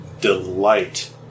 delight